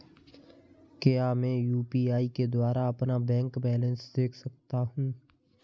क्या मैं यू.पी.आई के द्वारा अपना बैंक बैलेंस देख सकता हूँ?